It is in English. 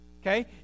Okay